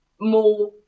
more